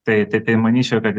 tai tai tai manyčiau bet